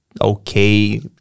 okay